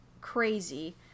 crazy